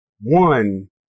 one